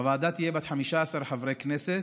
הוועדה תהיה בת 15 חברי כנסת: